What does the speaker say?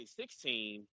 2016